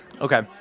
Okay